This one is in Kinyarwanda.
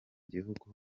gihugu